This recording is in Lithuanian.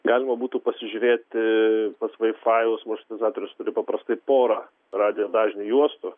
galima būtų pasižiūrėti pats vaifajaus maršrutizatorius turi paprastai porą radijo dažnių juostų